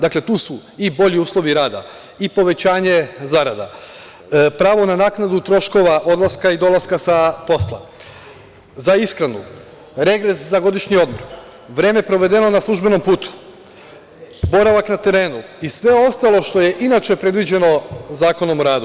Dakle, tu su i bolji uslovi rada, i povećanje zarada, pravo na naknadu troškova odlaska i dolaska sa posla, za ishranu, regres za godišnji odmor, vreme provedeno na službenom putu, boravak na terenu i sve ostalo što je inače predviđeno Zakonom o radu.